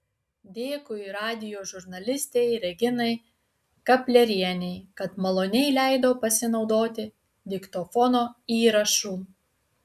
dėkui radijo žurnalistei reginai kaplerienei kad maloniai leido pasinaudoti diktofono įrašu